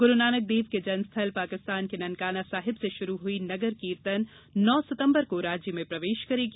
ग्रुनानक देव के जन्मस्थल पाकिस्तान के ननकाना साहिब से शुरू हई नगर कीर्तन नौ सितंबर को राज्य में प्रवेश करेगी